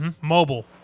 Mobile